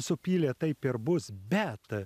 supylė taip ir bus bet